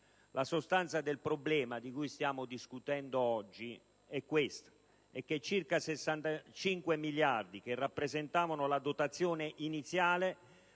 La sostanza del problema di cui stiamo discutendo oggi è che i circa 65 miliardi che rappresentavano la dotazione iniziale